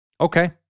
Okay